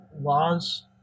laws